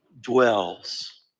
dwells